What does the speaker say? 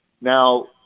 Now